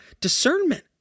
discernment